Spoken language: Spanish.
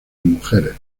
mujeres